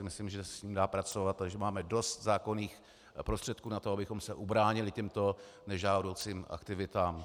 Myslím si, že se s ním dá pracovat a že máme dost zákonných prostředků na to, abychom se ubránili těmto nežádoucím aktivitám.